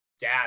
dad